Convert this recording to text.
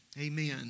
Amen